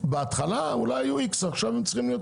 בהתחלה אולי היו X ועכשיו הם צריכים להיות